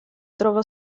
trova